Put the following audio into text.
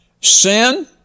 sin